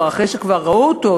אחרי שכבר ראו אותו,